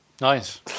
Nice